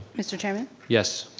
mr. chairman? yes?